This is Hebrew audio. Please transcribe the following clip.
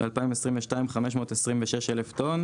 ב-2022 היה 526,000 טון.